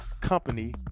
Company